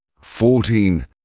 fourteen